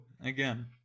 again